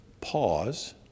pause